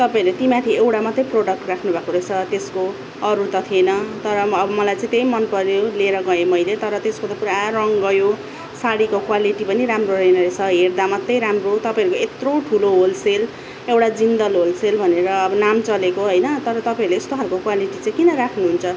तपाईँहरूले त्यही माथि एउडा मात्रै प्रोडक्ट राख्नु भएको रहेछ त्यसको अरू त थिएन तर पनि अब मलाई चाहिँ त्यही मन पऱ्यो लिएर गएँ मैले तर त्यसको त पुरा रङ गयो साडीको क्वालिटी पनि राम्रो छैन रहेछ हेर्दा मात्रै राम्रो तपाईँहरूको यत्रो ठुलो होलसेल एउटा जिन्दल होलसेल भनेर नाम चलेको होइन तर तपाईँहरूले यस्तो खालको क्वालिटी चाहिँ किन राख्नु हुन्छ